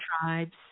tribes